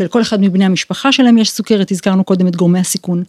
ולכל אחד מבני המשפחה שלהם יש סוכרת, הזכרנו קודם את גורמי הסיכון.